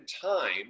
time